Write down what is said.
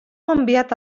enviat